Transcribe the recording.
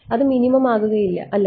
അത് മിനിമം ആകുകയില്ല അല്ലേ